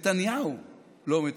נתניהו לא מתפקד.